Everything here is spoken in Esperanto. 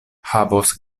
havos